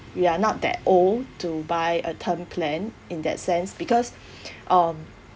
we are not that old to buy a term plan in that sense because um